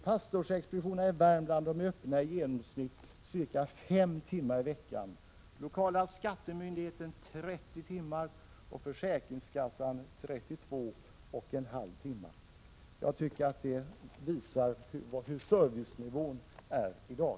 Pastorsexpeditionerna i Värmland är öppna i genomsnitt fem timmar i veckan, lokala skattemyndigheten 30 timmar och försäkringskassan 32,5 timmar. Det tycker jag visar på vilken nivå servicen ligger i dag.